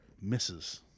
misses